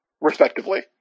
respectively